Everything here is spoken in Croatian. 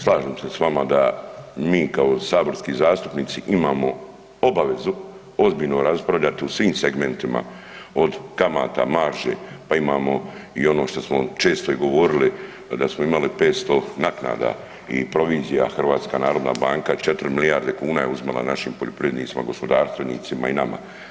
Slažem se s vama da mi kao saborski zastupnici imamo obavezu ozbiljno raspravljati o svim segmentima, od kamate, marže, pa imamo i ono što smo često i govorili da smo imali 500 naknada i provizija, HNB 4 milijarde kuna je uzela našim poljoprivrednicima, gospodarstvenicima i nama.